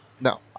No